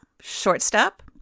shortstop